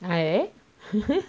eh